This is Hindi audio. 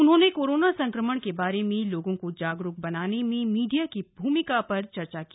उन्होंने कोरोना संक्रमण के बारे में लोगों को जागरूक बनाने में मीडिया की भूमिका पर चर्चा की